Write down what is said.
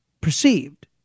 perceived